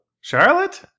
charlotte